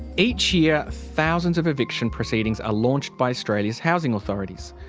each year, thousands of eviction proceedings are launched by australia's housing authorities.